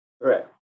Right